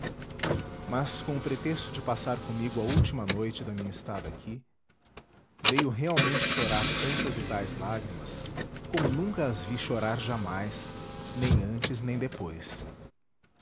mas com o pretexto de passar comigo a última noite da minha estada aqui veio realmente chorar tantas e tais lágrimas como nunca as vi chorar jamais nem antes nem depois